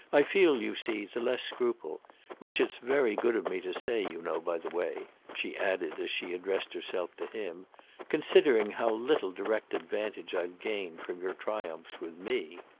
i feel, you see, the less scruple which it's very good of me to say, you know, by the way, she added as she addressed herself to him considering how little direct advantage i've gained from your triumphs with me.